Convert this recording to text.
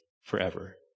forever